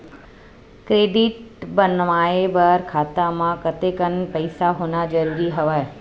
Credit बनवाय बर खाता म कतेकन पईसा होना जरूरी हवय?